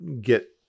get